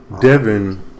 Devin